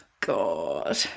God